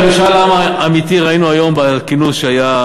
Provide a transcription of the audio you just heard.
את משאל העם האמיתי ראינו היום בכינוס שהיה,